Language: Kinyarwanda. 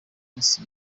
minsi